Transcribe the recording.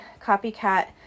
copycat